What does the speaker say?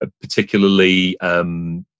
particularly